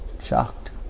shocked